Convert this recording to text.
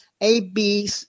AB